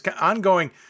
ongoing